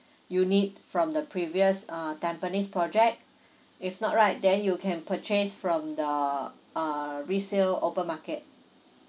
unit from the previous uh tampines project if not right then you can purchase from the uh resale open market